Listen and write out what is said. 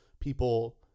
people